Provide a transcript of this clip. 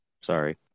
Sorry